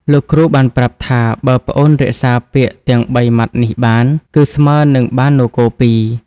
លោកគ្រូបានប្រាប់ថាបើប្អូនរក្សាពាក្យទាំងបីម៉ាត់នេះបាន គឺស្មើនឹងបាននគរពីរ។